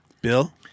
Bill